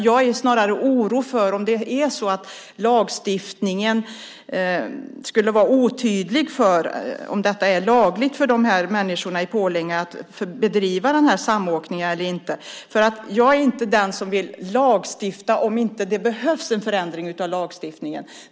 Jag är orolig för om lagstiftningen skulle vara otydlig huruvida det är lagligt för människorna i Pålänge att bedriva den här samåkningen eller inte. Jag vill inte lagstifta om det inte behövs en förändring av lagstiftningen.